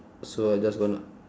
so I just gonna